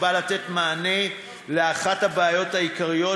שנועד לתת מענה לאחת הבעיות העיקריות